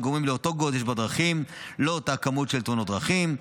הם גורמים לאותו גודש בדרכים ולאותה כמות של תאונות דרכים.